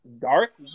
dark